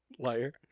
liar